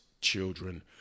children